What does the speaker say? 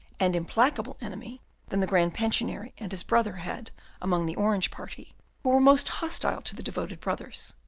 and implacable enemy than the grand pensionary and his brother had among the orange party, who were most hostile to the devoted brothers,